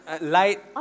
Light